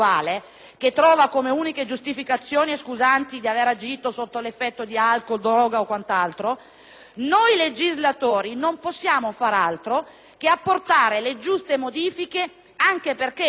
noi legislatori non possiamo fare altro che apportare le giuste modifiche anche perché tanti colleghi, sia di maggioranza sia di opposizione, hanno dichiarato che non bisogna concedere